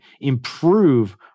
improve